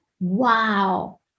Wow